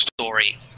story